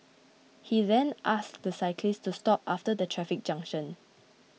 he then asked the cyclist to stop after the traffic junction